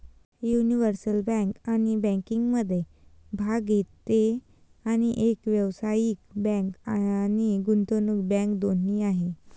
universal bank अनेक बँकिंगमध्ये भाग घेते आणि एक व्यावसायिक बँक आणि गुंतवणूक बँक दोन्ही आहे